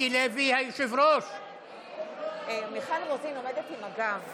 ובראש ובראשונה עם המשרד להגנת